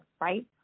right